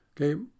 Okay